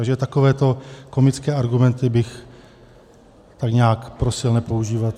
Takže takovéto komické argumenty bych tady nějak prosil nepoužívat.